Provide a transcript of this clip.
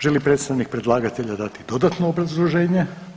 Želi li predstavnik predlagatelja dati dodatno obrazloženje?